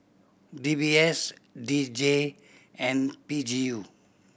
D B S D J and P G U